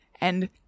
And-